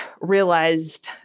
realized